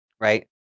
right